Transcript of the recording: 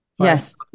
Yes